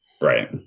Right